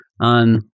on